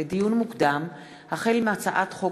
לדיון מוקדם: החל בהצעת חוק